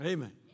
Amen